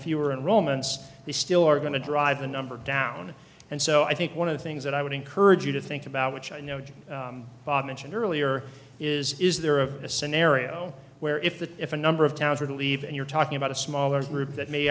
fewer and romans they still are going to drive the number down and so i think one of the things that i would encourage you to think about which i know you mentioned earlier is is there a scenario where if the if a number of towns were to leave and you're talking about a smaller group that may